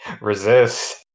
Resist